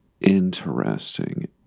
Interesting